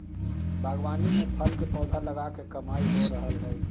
बागवानी में फल के पौधा लगा के कमाई हो रहल हई